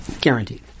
Guaranteed